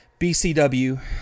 BCW